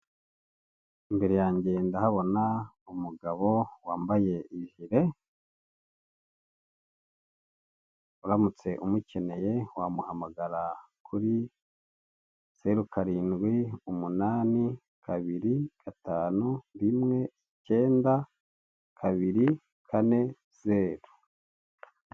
Imbere yanjye ndahabona umugabo wambaye ijire, uramutse umukeneye wamuhamagara kuri zeru, karindwi, umunani, kabiri, gatanu, rimwe, ikenda, kabiri, kane, zeru.